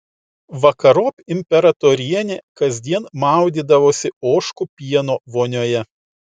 vakarop imperatorienė kasdien maudydavosi ožkų pieno vonioje